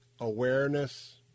awareness